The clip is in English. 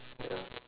ya